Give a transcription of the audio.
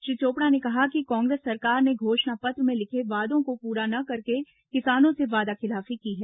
श्री चोपड़ा ने कहा कि कांग्रेस सरकार ने घोषणा पत्र में लिखे वादों को पूरा न करके किसानों से वादाखिलाफी की है